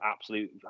absolute